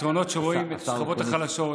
שרואים את השכבות החלשות.